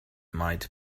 might